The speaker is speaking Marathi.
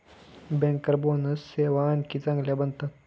बँकर बोनस सेवा आणखी चांगल्या बनवतात